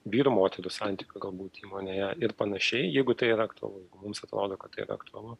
vyrų moterų santykių galbūt įmonėje ir panašiai jeigu tai yra aktualu mums atrodo kad tai yra aktualu